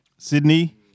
Sydney